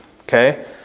okay